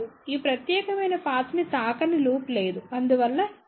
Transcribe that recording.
ఈ ప్రత్యేకమైన పాత్ ని తాకని లూప్ లేదు అందువల్ల ఇతర టర్మ్స్ 0